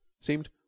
seemed